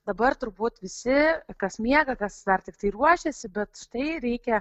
dabar turbūt visi kas miega kas dar tiktai ruošiasi bet štai reikia